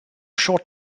short